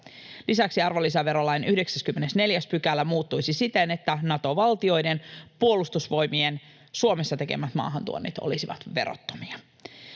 Lisäksi arvonlisäverolain 94 § muuttuisi siten, että Nato-valtioiden puolustusvoimien Suomessa tekemät maahantuonnit olisivat verottomia.